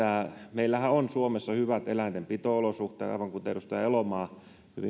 meillähän on suomessa hyvät eläintenpito olosuhteet aivan kuten edustaja elomaa hyvin